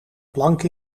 plank